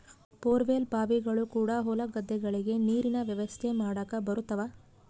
bore well ಬಾವಿಗಳು ಕೂಡ ಹೊಲ ಗದ್ದೆಗಳಿಗೆ ನೀರಿನ ವ್ಯವಸ್ಥೆ ಮಾಡಕ ಬರುತವ